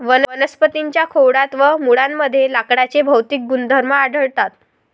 वनस्पतीं च्या खोडात व मुळांमध्ये लाकडाचे भौतिक गुणधर्म आढळतात